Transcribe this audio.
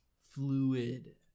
fluid